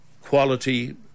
quality